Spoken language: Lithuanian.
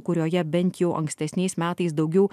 kurioje bent jau ankstesniais metais daugiau